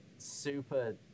super